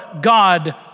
God